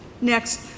Next